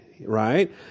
right